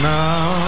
now